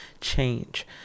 change